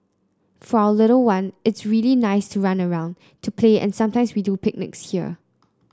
for our little one it's really nice to run around to play and sometimes we do picnics here